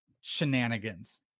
shenanigans